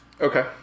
Okay